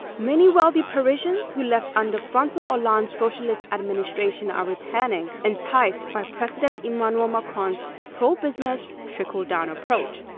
many wealthy parisians who left under francois hollande's socialist administration are returning, enticed by president emmanuel macron's pro-business, trickle down approach.